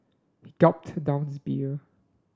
he gulped down his beer